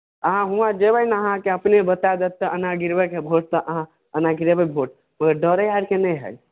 अहाँ हुआँ जयबै नए अहाँकेँ अपने बता देत तऽ एना गिरबयके हइ भोट तऽ अहाँ ओना गिरेबै भोट कोनो डरै आरके नहि हइ